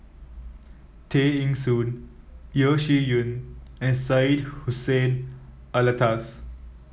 Tay Eng Soon Yeo Shih Yun and Syed Hussein Alatas